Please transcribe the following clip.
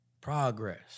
progress